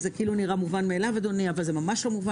זה כאילו נראה מובן מאליו אך ממש לא.